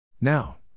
Now